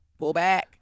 Pullback